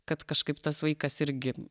kad kažkaip tas vaikas irgi